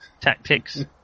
tactics